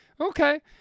Okay